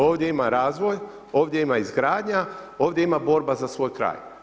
Ovdje ima razvoj, ovdje ima izgradnja, ovdje ima borba za svoj kraj.